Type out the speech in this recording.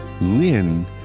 Lynn